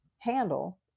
handle